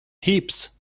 heaps